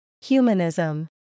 Humanism